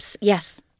Yes